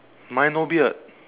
mine no beard